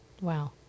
Wow